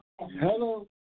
Hello